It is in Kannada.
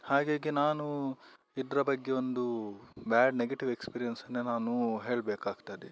ಹಾಗಾಗಿ ನಾನೂ ಇದರ ಬಗ್ಗೆ ಒಂದೂ ಬ್ಯಾಡ್ ನೆಗೆಟಿವ್ ಎಕ್ಸ್ಪೀರಿಯೆನ್ಸ್ನೆ ನಾನು ಹೇಳಬೇಕಾಗ್ತದೆ